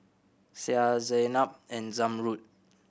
Syah Zaynab and Zamrud